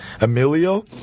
Emilio